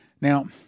Now